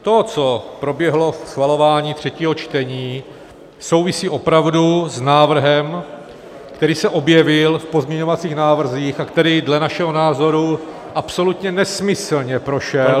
To, co proběhlo při schvalování třetího čtení, souvisí opravdu s návrhem, který se objevil v pozměňovacích návrzích a který dle našeho názoru absolutně nesmyslně prošel